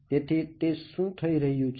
તેથી તે શું થઈ રહ્યું છે